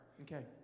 Okay